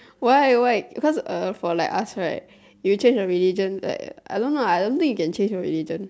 why why because uh for like for us right you change your religion like I don't know I don't think you can change your religion